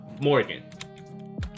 Morgan